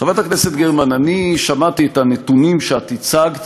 חברת הכנסת גרמן, שמעתי את הנתונים שאת הצגת